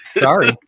sorry